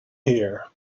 hair